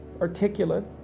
articulate